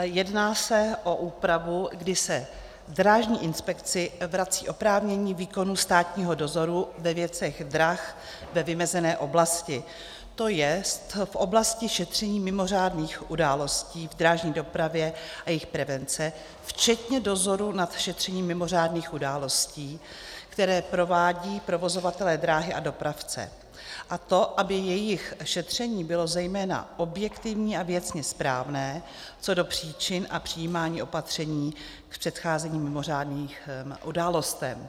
Jedná se o úpravu, kdy se Drážní inspekci vrací oprávnění výkonu státního dozoru ve věcech drah ve vymezené oblasti, to jest v oblasti šetření mimořádných událostí v drážní dopravě a jejich prevence, včetně dozoru nad šetřením mimořádných událostí, které provádí provozovatelé dráhy a dopravce, a to aby jejich šetření bylo zejména objektivně a věcně správné co do příčin a přijímání opatření v předcházení mimořádným událostem.